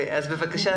בבקשה.